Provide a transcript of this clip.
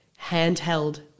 handheld